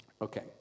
Okay